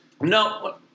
no